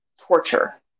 torture